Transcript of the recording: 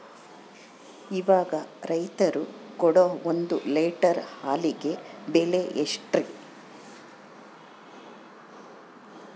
ಇವಾಗ ರೈತರು ಕೊಡೊ ಒಂದು ಲೇಟರ್ ಹಾಲಿಗೆ ಬೆಲೆ ಎಷ್ಟು?